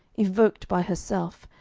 evoked by herself,